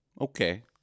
Okay